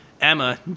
Emma